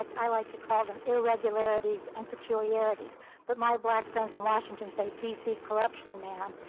like i like to call them irregularities and peculiarities but my black friends in washington say dc corruption man.